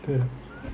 对